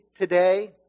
today